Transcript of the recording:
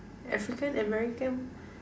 African American